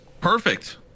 Perfect